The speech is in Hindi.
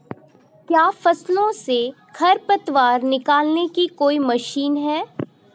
क्या फसलों से खरपतवार निकालने की कोई मशीन है?